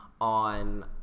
on